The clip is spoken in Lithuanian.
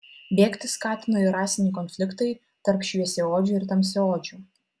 bėgti skatino ir rasiniai konfliktai tarp šviesiaodžių ir tamsiaodžių